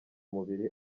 mubiri